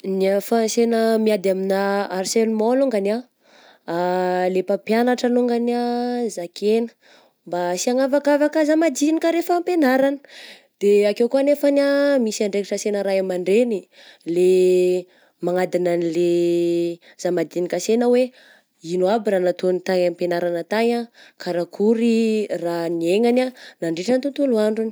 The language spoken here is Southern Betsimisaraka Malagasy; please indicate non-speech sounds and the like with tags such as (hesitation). Ny ahafahansena miady aminà harcelement longany ah, (hesitation) le mpampianatra longany ah zakaigna mba sy hanavakavaky zàmadinika rehefa am-pianaragna, de akeo koa nefany misy andraikitra ansena ray aman-dreny le manadigna anle aza madinika ansena hoe ino aby raha nataony tagny am-pianarana tagny ah, karakory raha niaignany ah nandritra ny tontolo androny.